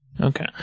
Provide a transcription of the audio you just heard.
Okay